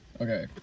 Okay